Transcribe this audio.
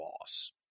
loss